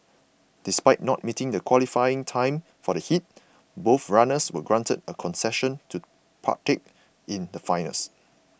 despite not meeting the qualifying time for the heat both runners were granted a concession to partake in the finals